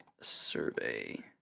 survey